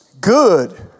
good